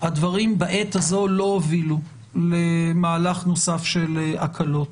הדברים בעת הזו לא הובילו למהלך נוסף של הקלות.